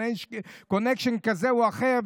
ב-connection כזה או אחר,